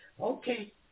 Okay